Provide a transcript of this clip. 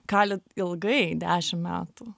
kali ilgai dešim metų